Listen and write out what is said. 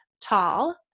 tall